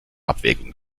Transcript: abwägung